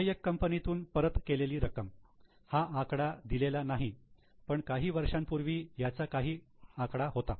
सहाय्यक कंपनी तून परत केलेली रक्कम हा आकडा दिलेला नाही पण काही वर्षांपूर्वी याचा काही आकडा होता